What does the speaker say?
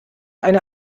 eine